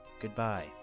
goodbye